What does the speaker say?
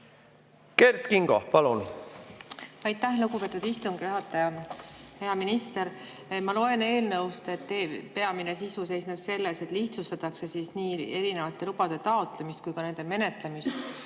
Kert Kingo, palun!